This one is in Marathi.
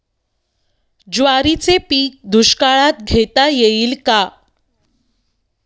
ज्वारीचे पीक दुष्काळात घेता येईल का?